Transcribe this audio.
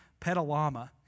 Petalama